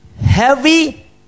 Heavy